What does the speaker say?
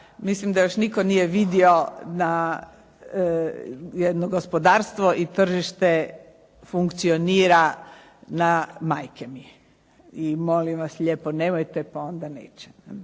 mislim da još nitko nije vidio da jedno gospodarstvo i tržište funkcionira na majke mi i molim vas nemojte pa onda neće.